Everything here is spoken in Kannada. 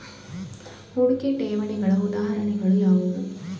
ಹೂಡಿಕೆ ಠೇವಣಿಗಳ ಉದಾಹರಣೆಗಳು ಯಾವುವು?